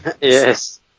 yes